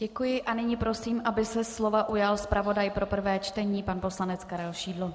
Děkuji a nyní prosím, aby se slova ujal zpravodaj pro prvé čtení pan poslanec Karel Šidlo.